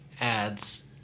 adds